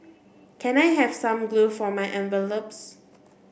can I have some glue for my envelopes